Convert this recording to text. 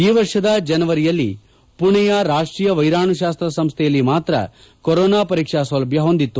ಈ ವರ್ಷದ ಜನವರಿಯಲ್ಲಿ ಪುಣೆಯ ರಾಷ್ಟೀಯ ವೈರಾಣುಶಾಸ್ತ್ರ ಸಂಸ್ದೆಯಲ್ಲಿ ಮಾತ್ರ ಕೊರೊನಾ ಪರೀಕ್ಷಾ ಸೌಲಭ್ಯ ಹೊಂದಿತ್ತು